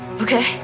okay